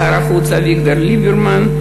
שר החוץ אביגדור ליברמן,